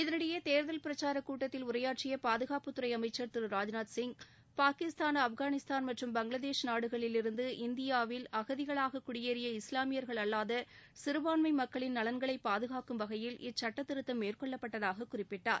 இதனினடயே தேர்தல் பிரச்சாரக் கூட்டத்தில் உரையாற்றிய பாதுகாப்புத்துறை அமைச்சள் திரு ராஜ்நாத் சிங் பாகிஸ்தான் ஆப்கானிஸ்தான் மற்றம் பங்களாதேஷ் நாடுகளிலிருந்து இந்தியாவில் அகதிகளாக குடியேறிய இஸ்லாமியர்கள் அல்லாத சிறபான்மை மக்களின் நலன்களை பாதுகாக்கும் வகையில் இச்சுட்டத் திருத்தம் மேற்கொள்ளப்பட்டதாக குறிப்பிட்டார்